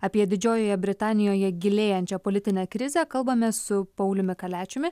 apie didžiojoje britanijoje gilėjančią politinę krizę kalbame su pauliumi kaliačiumi